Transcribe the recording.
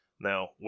now